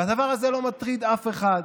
והדבר הזה לא מטריד אף אחד.